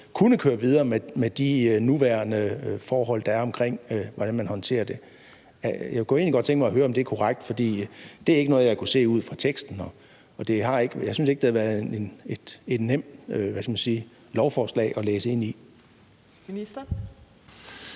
kunne køre videre med de nuværende forhold, der er i forbindelse med, hvordan man håndterer det. Jeg kunne egentlig godt tænke mig at høre, om det er korrekt. For det er ikke noget, jeg har kunnet se ud fra teksten, og jeg synes ikke, at det, hvad skal man sige, har været et